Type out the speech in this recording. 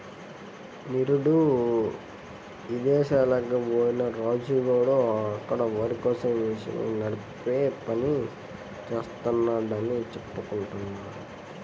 నిరుడు ఇదేశాలకి బొయ్యిన రాజు గాడు అక్కడ వరికోసే మిషన్ని నడిపే పని జేత్తన్నాడని చెప్పుకుంటున్నారు